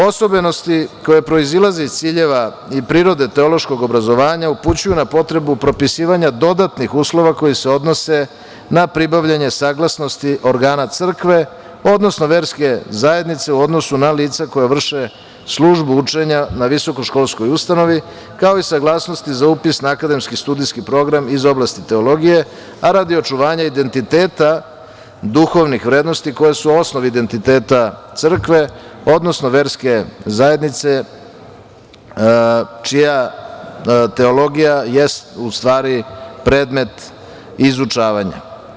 Osobenosti koje proizilaze iz ciljeva i prirode teološkog obrazovanja upućuju na potrebu propisivanja dodatnih uslova koji se odnose na pribavljanje saglasnosti organa crkve, odnosno verske zajednice u odnosu na lica koja vrše službu učenja na visokoškolskoj ustanovi, kao i saglasnosti za upis na akademijski studijski program iz oblasti teologije, a radi očuvanja identiteta duhovnih vrednosti koje su osnov identiteta crkve, odnosno verske zajednice čija teologija jeste u stvari predmet izučavanja.